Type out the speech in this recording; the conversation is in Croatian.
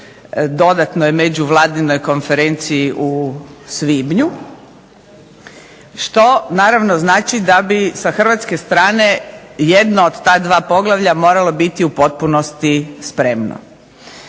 dodatnoj međuvladinoj konferenciji u svibnju. Što naravno znači da bi sa hrvatske strane jedno od ta 2 poglavlja moralo biti u potpunosti spremno.